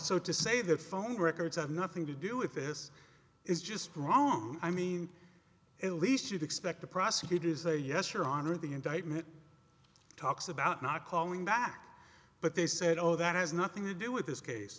so to say that phone records have nothing to do with this is just wrong i mean at least you'd expect the prosecutors say yes your honor the indictment talks about not calling back but they said no that has nothing to do with this case